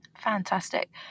Fantastic